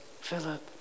Philip